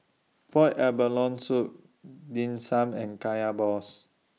boiled abalone Soup Dim Sum and Kaya Balls